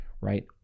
right